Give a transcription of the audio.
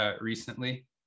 recently